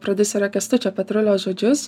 prodiuserio kęstučio petrulio žodžius